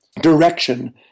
direction